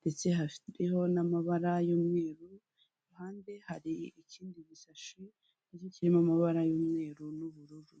ndetse gafiteho n'amabara y'umweru iruhande hari ikindi gisashi nacyo kirimo amabara y'umweru n'ubururu.